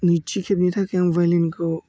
नैथि खेबनि थाखाय आं भाय'लिनखौ